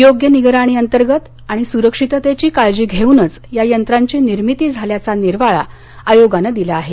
योग्य निगराणी अंतर्गत आणि सुरक्षिततेची काळजी घेउनच या यंत्रांची निर्मिती झाल्याचा निर्वाळा आयोगानं दिला आहे